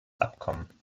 abkommen